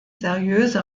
seriöse